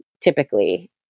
typically